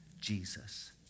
Jesus